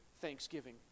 thanksgiving